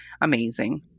amazing